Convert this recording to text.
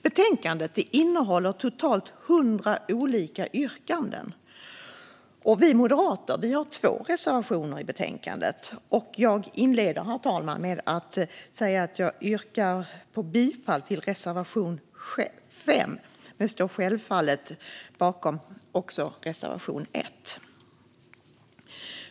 Betänkandet innehåller totalt 100 olika yrkanden. Vi moderater har två reservationer i betänkandet. Jag inleder, herr talman, med att säga att jag yrkar bifall till reservation 5 men självklart står bakom även reservation 1.